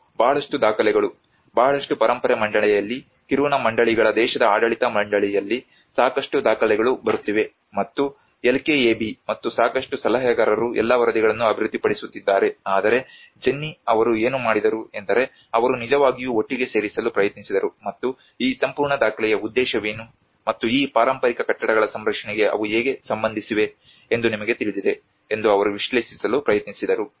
ಮತ್ತು ಬಹಳಷ್ಟು ದಾಖಲೆಗಳು ಬಹಳಷ್ಟು ಪರಂಪರೆ ಮಂಡಳಿಯಲ್ಲಿ ಕಿರುನಾ ಮಂಡಳಿಗಳ ದೇಶದ ಆಡಳಿತ ಮಂಡಳಿಯಲ್ಲಿ ಸಾಕಷ್ಟು ದಾಖಲೆಗಳು ಬರುತ್ತಿವೆ ಮತ್ತು LKAB ಮತ್ತು ಸಾಕಷ್ಟು ಸಲಹೆಗಾರರು ಎಲ್ಲಾ ವರದಿಗಳನ್ನು ಅಭಿವೃದ್ಧಿಪಡಿಸುತ್ತಿದ್ದಾರೆ ಆದರೆ ಜೆನ್ನಿ ಅವರು ಏನು ಮಾಡಿದರು ಎಂದರೆ ಅವರು ನಿಜವಾಗಿಯೂ ಒಟ್ಟಿಗೆ ಸೇರಿಸಲು ಪ್ರಯತ್ನಿಸಿದರು ಮತ್ತು ಈ ಸಂಪೂರ್ಣ ದಾಖಲೆಯ ಉದ್ದೇಶವೇನು ಮತ್ತು ಈ ಪಾರಂಪರಿಕ ಕಟ್ಟಡಗಳ ಸಂರಕ್ಷಣೆಗೆ ಅವು ಹೇಗೆ ಸಂಬಂಧಿಸಿವೆ ಎಂದು ನಿಮಗೆ ತಿಳಿದಿದೆ ಎಂದು ಅವರು ವಿಶ್ಲೇಷಿಸಲು ಪ್ರಯತ್ನಿಸಿದರು